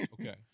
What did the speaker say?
okay